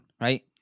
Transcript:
Right